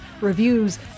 reviews